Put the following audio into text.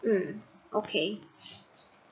hmm okay